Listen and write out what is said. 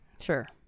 sure